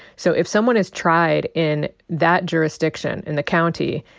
so if someone is tried in that jurisdiction, in the county,